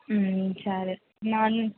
సరే మార్నింగ్